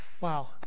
Wow